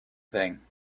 thing